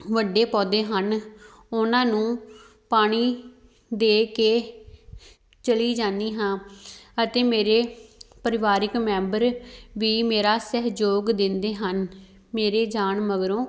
ਵੱਡੇ ਪੌਦੇ ਹਨ ਉਹਨਾਂ ਨੂੰ ਪਾਣੀ ਦੇ ਕੇ ਚਲੀ ਜਾਂਦੀ ਹਾਂ ਅਤੇ ਮੇਰੇ ਪਰਿਵਾਰਿਕ ਮੈਂਬਰ ਵੀ ਮੇਰਾ ਸਹਿਯੋਗ ਦਿੰਦੇ ਹਨ ਮੇਰੇ ਜਾਣ ਮਗਰੋਂ